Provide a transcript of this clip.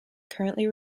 currently